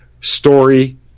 story